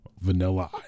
Vanilla